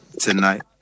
tonight